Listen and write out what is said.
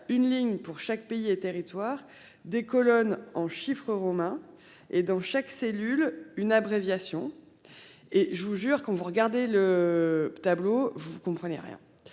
une ligne pour chaque pays et territoires des colonnes en chiffres Romains et dans chaque cellule une abréviation. Et je vous jure quand vous regardez le tableau. Vous comprenez rien